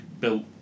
built